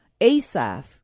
Asaph